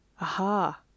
aha